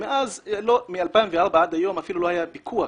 מאז, משנת 2004 ועד היום, אפילו לא היה פיקוח.